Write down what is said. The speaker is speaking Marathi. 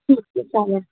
ठीक आहे चालेल